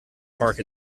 park